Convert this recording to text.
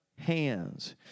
hands